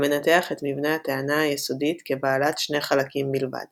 המנתח את מבנה הטענה היסודית כבעלת שני חלקים בלבד